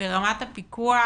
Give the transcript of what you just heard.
ברמת הפיקוח